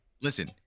listen